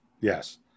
Yes